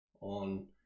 on